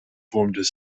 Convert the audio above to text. vormden